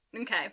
Okay